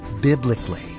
biblically